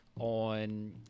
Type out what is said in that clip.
on